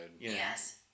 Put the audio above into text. Yes